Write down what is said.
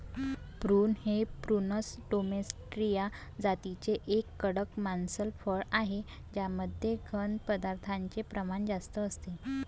prune हे prunus domestica जातीचे एक कडक मांसल फळ आहे ज्यामध्ये घन पदार्थांचे प्रमाण जास्त असते